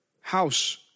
house